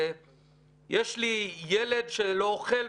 יש לי ילד שלא אוכל,